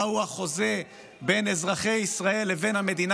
ומהו החוזה בין אזרחי ישראל לבין המדינה